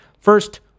First